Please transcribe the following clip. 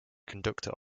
conductor